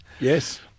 Yes